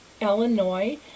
Illinois